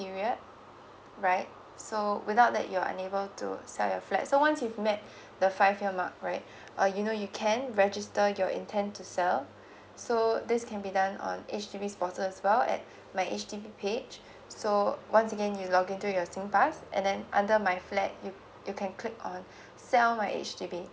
period right so without that you're unable to sell your flat so once you've met the five year mark right uh you know you can register your intent to sell so this can be done on H_D_B portal as well at my H_D_B page so once again you log in to your S G pass and then under my flat you you can click on sell my H_D_B